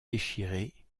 déchirés